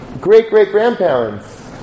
great-great-grandparents